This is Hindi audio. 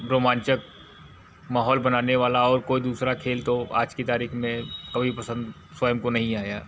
रोमांचक माहौल बनाने वाला और कोई दूसरा खेल तो आज की तारीख में कभी पसंद स्वयं को नहीं आया